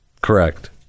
correct